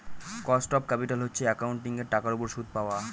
cost of capital হচ্ছে একাউন্টিঙের টাকার উপর সুদ পাওয়া